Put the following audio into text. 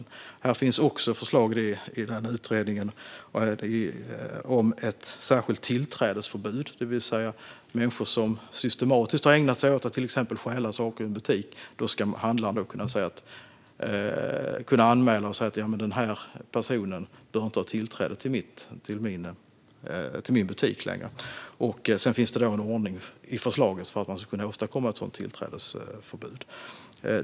I utredningen finns också ett förslag om ett särskilt tillträdesförbud. Det handlar om människor som systematiskt har ägnat sig åt att till exempel stjäla saker i en butik. Handlaren ska då kunna anmäla detta och säga att den här personen inte längre bör ha tillträde till min butik. Det finns en ordning i förslaget för hur man ska kunna åstadkomma ett sådant tillträdesförbud.